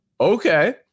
Okay